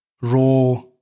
raw